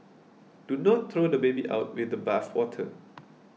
do not throw the baby out with the bathwater